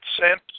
sent